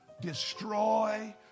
destroy